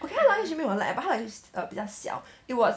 okay 他的 luggage 没有很 light but 他的 luggage err 比较小 it was